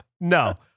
No